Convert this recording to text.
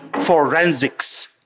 forensics